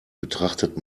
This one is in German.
betrachtet